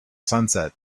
sunset